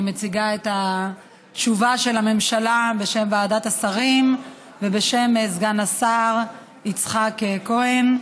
אני מציגה את התשובה של הממשלה בשם ועדת השרים ובשם סגן השר יצחק כהן.